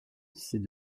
c’est